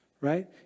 right